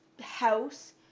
house